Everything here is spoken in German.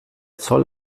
zoll